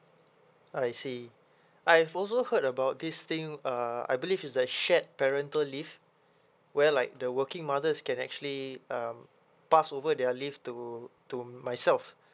I see I've also heard about this thing uh I believe is the shared parental leave where like the working mothers can actually um pass over their leave to to myself